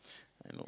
I know